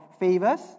favors